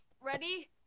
Ready